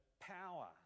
power